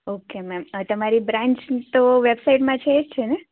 okay ma'am તમારી branch તો વેબસાઇડમાં છે એ છેને